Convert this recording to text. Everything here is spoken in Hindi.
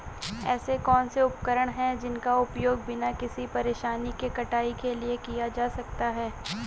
ऐसे कौनसे उपकरण हैं जिनका उपयोग बिना किसी परेशानी के कटाई के लिए किया जा सकता है?